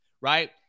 right